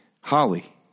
Holly